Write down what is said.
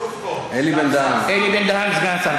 אלי בן-דהן, סגן השר.